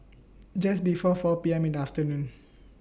Just before four PM in The afternoon